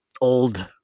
old